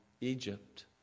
Egypt